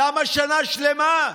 למה שנה שלמה?